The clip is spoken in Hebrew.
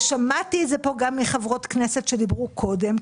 ושמעתי את זה פה גם מחברות כנסת שדיברו קודם,